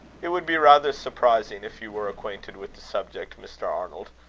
it would be rather surprising if you were acquainted with the subject, mr. arnold.